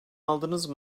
aldınız